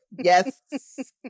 Yes